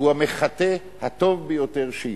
הוא המחטא הטוב ביותר שיש.